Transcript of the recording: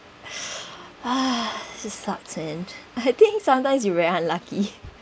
it sucks man I think sometimes you very unlucky